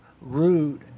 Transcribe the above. rude